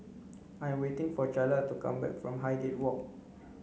I am waiting for Charla to come back from Highgate Walk